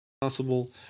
possible